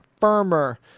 firmer